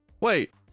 Wait